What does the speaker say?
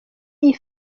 iyi